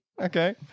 Okay